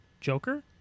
Joker